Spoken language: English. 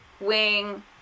wing